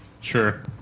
Sure